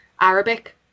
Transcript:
Arabic